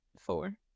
Four